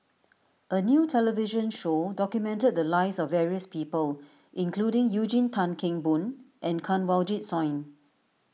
a new television show documented the lives of various people including Eugene Tan Kheng Boon and Kanwaljit Soin